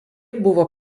buvo